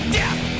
death